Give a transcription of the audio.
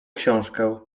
książkę